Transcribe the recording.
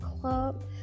Club